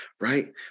right